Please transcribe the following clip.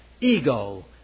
Ego